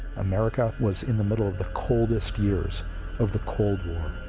america was in the middle of the coldest years of the cold war.